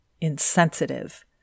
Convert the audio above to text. insensitive